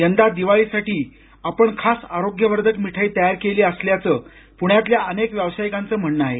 यंदा दिवाळीसाठी आपण खास आरोग्यवर्धक मिठाई तयार केली असल्याचं पुण्यातल्या अनेक व्यावसायिकांचं म्हणणं आहे